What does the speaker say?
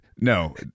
No